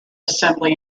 assembly